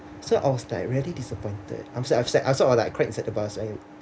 so I was like really disappointed I'm so upset I sort of like cried inside the bus and